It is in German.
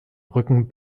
rücken